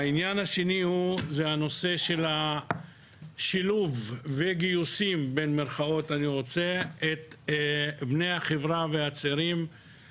המישור השני שילוב וגיוס של בני החברה והצעירים